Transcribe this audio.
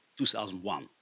2001